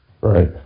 Right